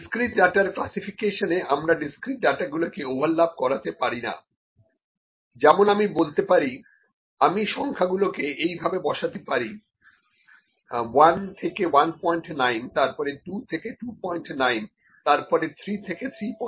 discrete ডাটার ক্লাসিফিকেশনে আমরা ডিসক্রিট ডাটাগুলোকে ওভারল্যাপ করাতে পারি না যেমন আমি বলতে পারি আমি সংখ্যাগুলোকে এইভাবে বসাতে পারি 1 থেকে 19 তারপর 2 থেকে 29 তারপর 3 থেকে 39